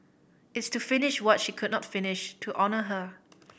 it's to finish what she could not finish to honour her